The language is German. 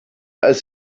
als